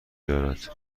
دارد